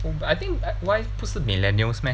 oh but I think Y 不是 millennials meh